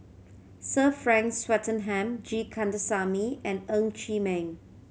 Sir Frank Swettenham G Kandasamy and Ng Chee Meng